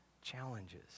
challenges